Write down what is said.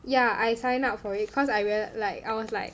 yeah I sign up for it cause I was like I was like